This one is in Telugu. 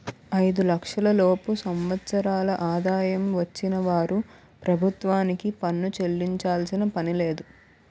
ఐదు లక్షల లోపు సంవత్సరాల ఆదాయం వచ్చిన వారు ప్రభుత్వానికి పన్ను చెల్లించాల్సిన పనిలేదు